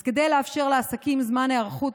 אז כדי לאפשר לעסקים זמן היערכות,